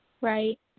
Right